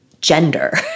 gender